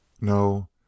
No